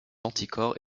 anticorps